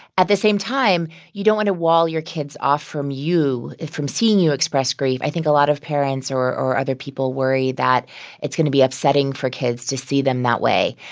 at the same time, you don't want to wall your kids off from you from seeing you express grief. i think a lot of parents or other people worry that it's going to be upsetting for kids to see them that way.